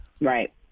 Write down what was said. Right